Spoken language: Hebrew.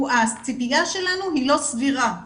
הציפייה שלנו לא סבירה מהילדים.